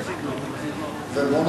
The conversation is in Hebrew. לסדר-היום אין